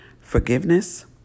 forgiveness